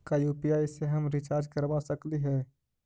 का यु.पी.आई से हम रिचार्ज करवा सकली हे?